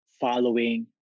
following